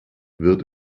wird